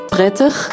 Prettig